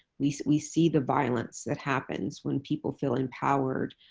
we see we see the violence that happens when people feel empowered